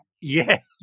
Yes